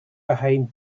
behind